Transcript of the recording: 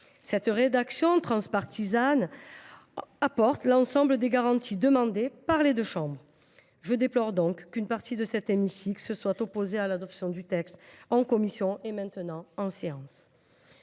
Cette rédaction transpartisane apporte l’ensemble des garanties demandées par les deux assemblées. Je déplore donc qu’une partie de cet hémicycle se soit opposée à l’adoption du texte en commission et s’y oppose bientôt en séance